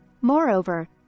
Moreover